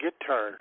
guitar